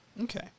Okay